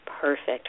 perfect